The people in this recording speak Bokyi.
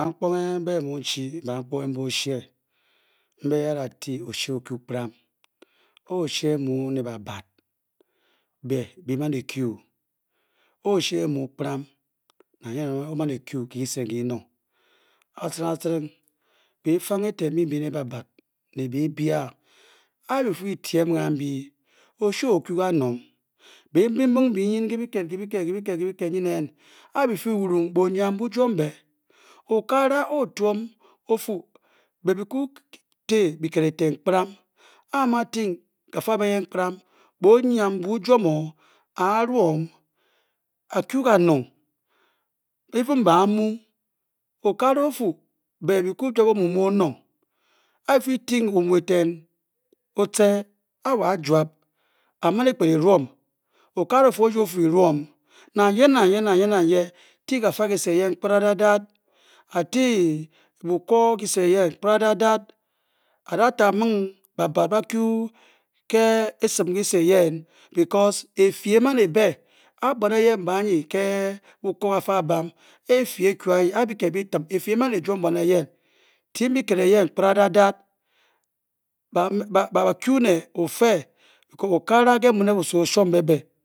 Bammponge mbe mu n-chii, bamkponge oshe mbe mu n-tong oshe kparan A oshe mu ne babat be biixman ekyu. A oshe mu kparan, naog yee nang yee o-man ekyu ke kyise nkyi kyinong aciring aciring biifang eten mbyi mbyi ne baba+ne biibyan, a byifi byi-tyem kambyi, oshe ookyii kanongbiibyimbing mbyi ke byikat ke byikit, a byifi byi. wun ngbonyambu-jwom be okakane oo-twom o-fu be byi-kii ti byikit eten kparan a kyifrene, banyam bujwom ba a amu a-ti ng kyikit eyen kparan, bonyam boojwan o, aarwoma-kyi u kanong eren ba mu okakara a-fu, be byi-kujwap omu mu onong a byi fi byiting omueten o-ce. a a-jwap a-firi ng ne orwon Nang yee nang yee ti kafa kyise eyen, kparadadat, a-ti. buko kyise kparadadat buanre efyi e-man ebe. a bwan eyen b a-kyu anyi ke kafa kyi bam a byikit biitim efyi e-man ejwom bwan eyen n̄ ng byikit enen kparadadat byi-kye okakaon ofe, ke na nyi nke mu ne busa o-shwom be